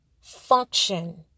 function